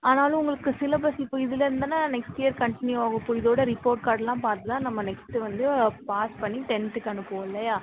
ஆனாலும் உங்களுக்கு சிலபஸ் இப்போ இதுலேர்ந்து தான நெக்ஸ்ட் இயர் கண்டினியூ ஆவும் இப்போ இதோட ரிப்போர்ட் கார்டு எல்லாம் பார்த்து தான் நம்ம நெக்ஸ்ட் வந்து பாஸ் பண்ணி டென்த்துக்கு அனுப்புவோம் இல்லையா